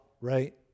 right